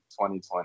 2020